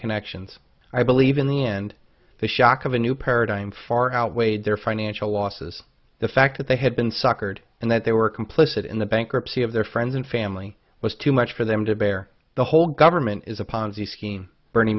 connections i believe in the end the shock of a new paradigm far outweighed their financial losses the fact that they had been suckered and that they were complicit in the bankruptcy of their friends and family was too much for them to bear the whole government is a ponzi scheme bernie